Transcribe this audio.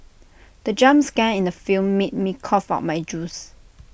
the jump scare in the film made me cough out my juice